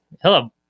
Hello